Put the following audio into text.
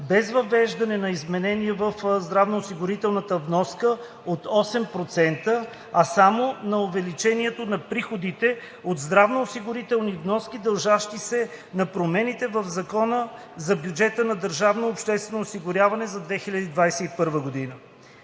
без въвеждане на изменение в здравноосигурителната вноска от 8%, а само на увеличението на приходите от здравноосигурителни вноски, дължащи се на промените в Закона за бюджета на държавното обществено осигуряване за 2021 г.